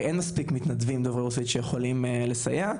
אין מספיק מתנדבים דוברי רוסית שיכולים לסייע.